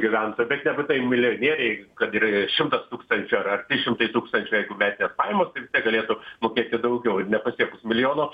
gyventojų bet nebūtinai milijonieriai kad ir šimtas tūkstančių ar šimtai tūkstančių jeigu metinės pajamos galėtų mokėti daugiau ir nepasiekus milijono